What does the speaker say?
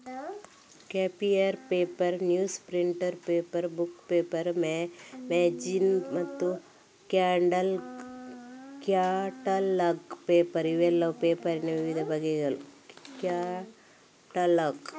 copier paper, newsprint paper, book paper, magazine ಮತ್ತು catalogue paper ಇವೆಲ್ಲ ಪೇಪರಿನ ವಿವಿಧ ಬಗೆಗಳು